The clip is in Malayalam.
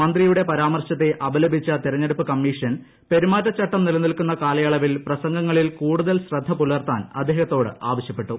മന്ത്രിയുടെ പരാമർശത്തെ അപലപിച്ച തെരഞ്ഞെടുപ്പ് കമ്മീഷൻ പെരുമാറ്റച്ചട്ടം നിലനിൽക്കുന്ന കാലയളവിൽ പ്രസംഗങ്ങളിൽ കൂടുതൽ ശ്രദ്ധ പുലർത്താൻ അദ്ദേഹത്തോട് ആവശ്യപ്പെട്ടു